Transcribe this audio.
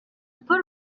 paul